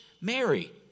Mary